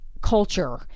culture